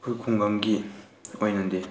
ꯑꯩꯈꯣꯏ ꯈꯨꯡꯒꯪꯒꯤ ꯑꯣꯏꯅꯗꯤ